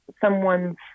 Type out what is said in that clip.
someone's